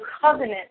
covenant